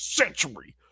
century